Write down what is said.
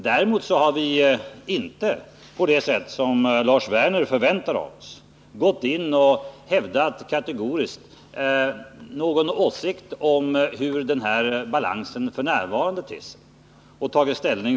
Däremot har vi inte alltid på det sätt som Lars Werner förväntar sig av oss gått in och kategoriskt hävdat någon åsikt om styrkebalansen som sådan.